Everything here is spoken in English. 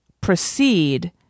proceed